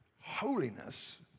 holiness